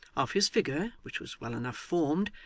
of his figure, which was well enough formed,